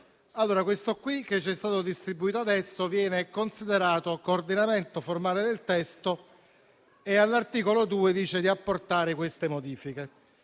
testo che è stato distribuito adesso viene considerato coordinamento formale del testo e, all'articolo 2, dice di apportare modifiche.